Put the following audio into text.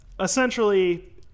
essentially